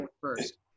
first